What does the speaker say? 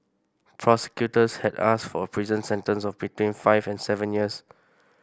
prosecutors had asked for a prison sentence of between five and seven years